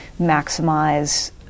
maximize